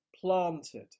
planted